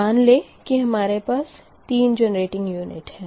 मान लें कि हमारे पास 3 जेनरेटिंग यूनिट है